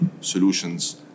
solutions